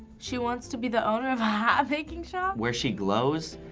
she wants to be the owner of a hat making shop? where she glows,